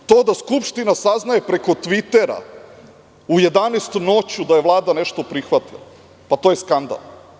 To da Skupština saznaja preko „tvitera“ u 11 noću da je Vlada nešto prihvatila, pa to je skandal.